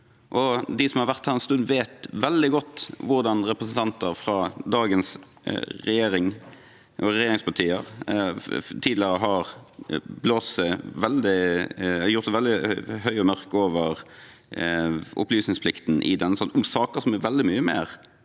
De som har vært her en stund, vet veldig godt hvordan representanter fra dagens regjering og regjeringspartier tidligere har gjort seg veldig høye og mørke med hensyn til opplysningsplikten i denne sal om saker som er veldig mye mer